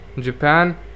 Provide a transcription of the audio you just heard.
Japan